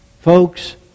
Folks